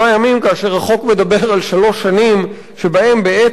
כאשר החוק מדבר על שלוש שנים שבהן בעצם,